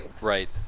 Right